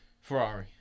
Ferrari